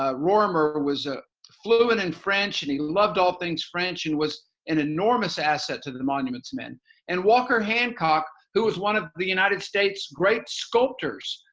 ah rorimer was a fluid in and french and he loved all things french and was an enormous asset to the monuments man and walker hancock who was one of the united states great sculptors,